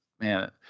man